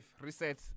reset